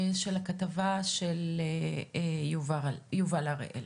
בבקשה בכתבה של יובל אראל.